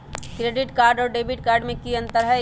Credit card और debit card में की अंतर हई?